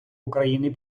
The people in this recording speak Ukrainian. україни